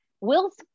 Will's